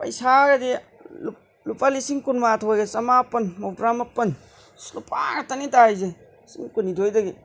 ꯄꯩꯁꯥꯒꯗꯤ ꯂꯨꯄꯥ ꯂꯤꯁꯤꯡ ꯀꯨꯟꯃꯥꯊꯣꯏꯒ ꯆꯃꯥꯄꯜ ꯃꯧꯗ꯭ꯔꯥ ꯃꯥꯄꯜ ꯑꯁ ꯂꯨꯄꯥ ꯑꯃ ꯈꯛꯇꯅꯤ ꯇꯥꯔꯤꯁꯦ ꯂꯤꯁꯤꯡ ꯀꯨꯟꯅꯤꯊꯣꯏꯗꯒꯤ